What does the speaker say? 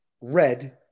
red